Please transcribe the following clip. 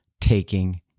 taking